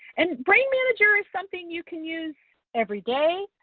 and brain manager is something you can use every day,